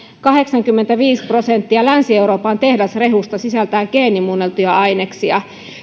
kahdeksankymmentäviisi prosenttia länsi euroopan tehdasrehusta sisältää geenimuunneltuja aineksia